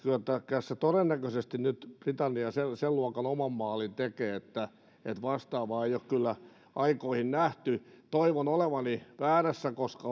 tässä todennäköisesti nyt britannia sen luokan oman maalin tekee että vastaavaa ei ole kyllä aikoihin nähty toivon olevani väärässä koska